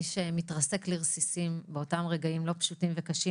מי שמתרסק לרסיסים באותם רגעים לא פשוטים וקשים.